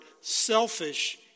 selfish